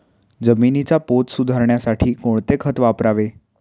जमिनीचा पोत सुधारण्यासाठी कोणते खत वापरावे?